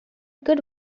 good